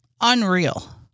unreal